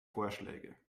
vorschläge